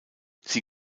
sie